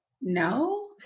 no